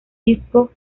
disco